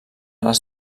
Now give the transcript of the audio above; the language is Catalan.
les